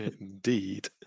Indeed